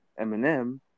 Eminem